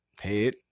head